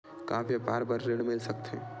का व्यापार बर ऋण मिल सकथे?